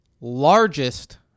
Largest